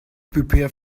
prepare